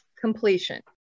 completion